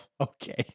Okay